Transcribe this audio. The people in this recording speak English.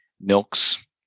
Milk's